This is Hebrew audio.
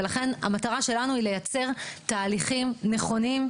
ולכן המטרה שלנו היא לייצר תהליכים נכונים,